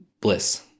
bliss